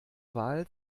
wahl